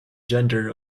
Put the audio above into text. gender